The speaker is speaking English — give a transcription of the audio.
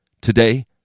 Today